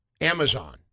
Amazon